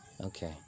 Okay